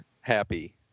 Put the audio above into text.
happy